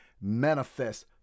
manifest